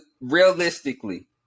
realistically